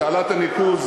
תעלת הניקוז,